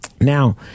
Now